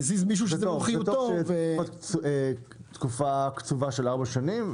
זה טוב שתהיה תקופה קצובה של ארבע שנים.